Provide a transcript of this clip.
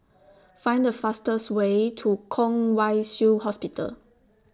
Find The fastest Way to Kwong Wai Shiu Hospital